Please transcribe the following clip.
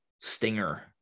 Stinger